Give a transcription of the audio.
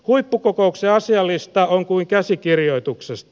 huippukokouksen asia lista on kuin käsikirjoituksesta